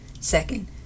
Second